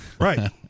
right